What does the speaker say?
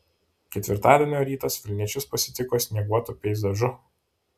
ketvirtadienio rytas vilniečius pasitiko snieguotu peizažu